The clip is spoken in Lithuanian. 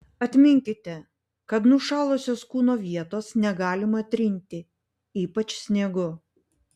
atminkite kad nušalusios kūno vietos negalima trinti ypač sniegu